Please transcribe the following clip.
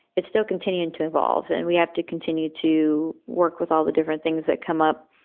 it's still continuing to evolve. and we have to continue to work with all the different things that come up,